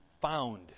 found